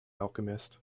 alchemist